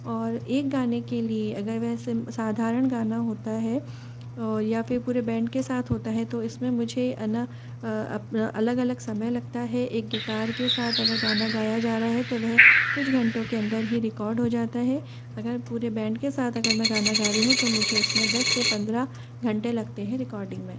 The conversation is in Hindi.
और एक गाने के लिए अगर वह सिम साधारण गाना होता है या फिर पूरे बैंड के साथ होता है तो इसमें मुझे अन अलग अलग समय लगता है एक गिटार के साथ अगर गाना गाया जा रहा है तो वह कुछ घंटों के अंदर ही रिकॉर्ड हो जाता है अगर पूरे बैंड के साथ अगर मैं गाना गा रही हूँ तो मुझे उसमें दस से पंद्रह घंटे लगते हैं रिकॉर्डिंग में